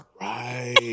Right